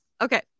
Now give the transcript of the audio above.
okay